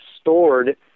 stored